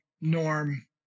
norm